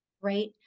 right